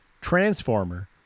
transformer